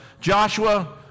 Joshua